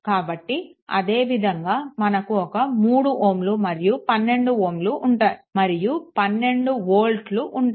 కాబట్టి అదేవిధంగా మనకు ఒక 3 Ω మరియు 12 వోల్ట్లు ఉంటాయి